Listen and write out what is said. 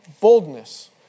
Boldness